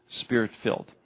spirit-filled